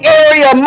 area